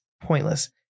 pointless